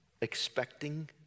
expecting